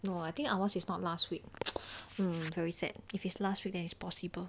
no I think ours is not last week hmm I'm very sad if is last week then it's possible